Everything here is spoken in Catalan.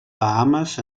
bahames